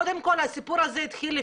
קודם כל הסיפור הזה התחיל,